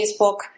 Facebook